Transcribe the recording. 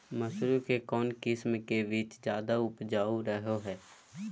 मसूरी के कौन किस्म के बीच ज्यादा उपजाऊ रहो हय?